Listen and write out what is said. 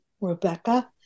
Rebecca